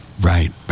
Right